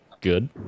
good